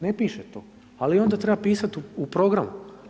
Ne piše to ali onda treba pisati u programu.